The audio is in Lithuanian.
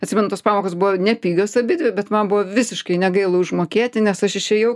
atsimenu tos pamokos buvo nepigios abidvi bet man buvo visiškai negaila užmokėti nes aš išėjau